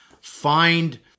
Find